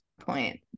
point